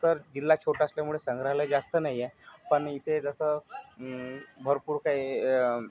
तर जिल्हा छोटा असल्यामुळे संग्रहालय जास्त नाही आहे पण इथे जसं भरपूर काही